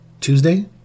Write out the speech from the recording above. Tuesday